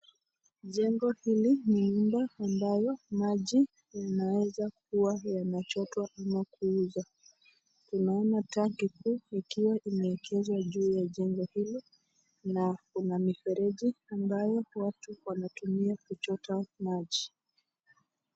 Mjengo hili ni nyumba ambayo maji inaweza kuwa inachotwa ama kuuzwa. Tunaona tanki ikiwa imeegezwa juu ya nyumba hilo, na kuna mfereji ambayo watu wanatumia kuchotea maji.